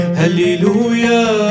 Hallelujah